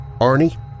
Arnie